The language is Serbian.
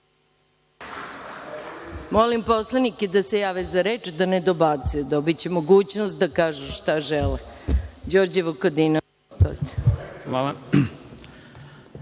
Molim poslanike da se jave za reč, da ne dobacuju. Dobiće mogućnost da kažu šta žele. Đorđe